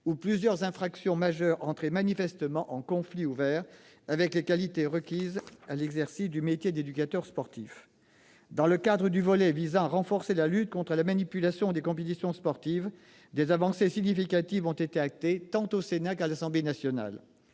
où plusieurs infractions majeures entraient manifestement en conflit ouvert avec les qualités requises à l'exercice du métier d'éducateur sportif. Dans le cadre du volet visant à renforcer la lutte contre la manipulation des compétitions sportives, des avancées significatives ont été actées, tant au Sénat qu'à l'Assemblée nationale.